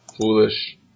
foolish